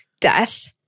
death